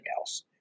else